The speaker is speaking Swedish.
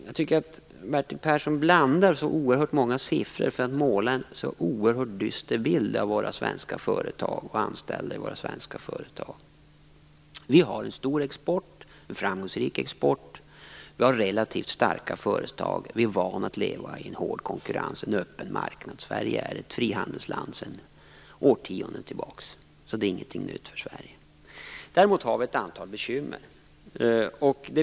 Jag tycker att Bertil Persson blandar oerhört många siffror för att måla en mycket dyster bild av svenska företag och av anställda vid svenska företag. Men vi har en stor och en framgångsrik export. Vi har relativt starka företag och vi är vana vid att leva med en hård konkurrens och en öppen marknad. Sverige är ett frihandelsland sedan årtionden tillbaka, så det här är inget nytt för Sverige. Det finns emellertid ett antal bekymmer.